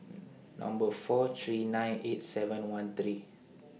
Number four three nine eight seven one three